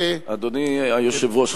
אדוני היושב-ראש,